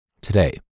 Today